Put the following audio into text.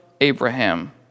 Abraham